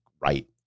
right